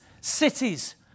cities